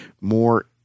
more